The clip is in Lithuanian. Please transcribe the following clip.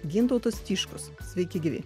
gintautas tiškus sveiki gyvi